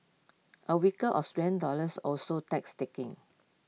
A weaker Australian dollars also takings